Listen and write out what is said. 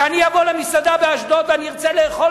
כשאני אבוא למסעדה באשדוד ואני ארצה לאכול